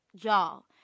Y'all